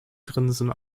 grinsen